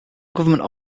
government